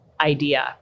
idea